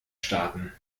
staaten